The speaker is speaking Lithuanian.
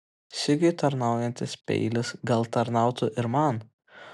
sigiui tarnaujantis peilis gal tarnautų ir man